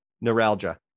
neuralgia